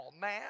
man